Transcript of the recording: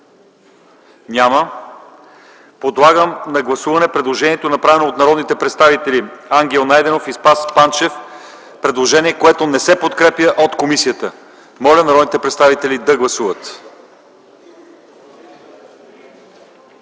Няма. Подлагам на гласуване предложението, направено от народните представители Ангел Найденов и Спас Панчев, което не се подкрепя от комисията. Моля, народните представители да гласуват.